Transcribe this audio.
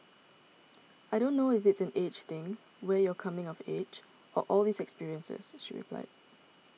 I don't know if it's an age thing where you're coming of age or all these experiences she replied